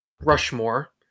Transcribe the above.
Rushmore